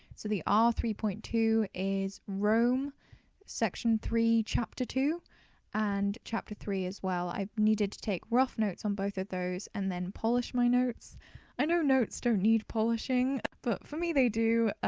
so the r three point two is rome section three, chapter two and chapter three as well. i needed to take rough notes on both of those and then polish my notes i know notes don't need polishing but for me they do!